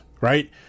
right